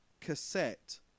cassette